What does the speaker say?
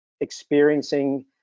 experiencing